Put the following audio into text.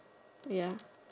ya